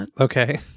okay